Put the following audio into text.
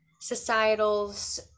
societal's